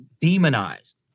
demonized